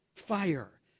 fire